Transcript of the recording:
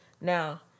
Now